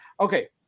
Okay